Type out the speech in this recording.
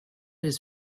his